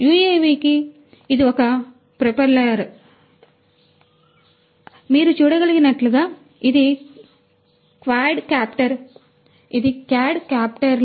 ఈ UAV కి ఇది ఒక ప్రొపెల్లర్ ఇది UAV యొక్క ప్రొపెల్లర్ మీరు చూడగలిగినట్లుగా ఇది క్వాడ్కాప్టర్ కాబట్టి ఇది క్వాడ్కాప్టర్